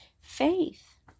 Faith